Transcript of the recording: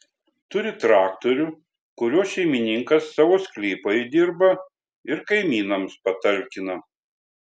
turi traktorių kuriuo šeimininkas savo sklypą įdirba ir kaimynams patalkina